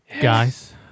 Guys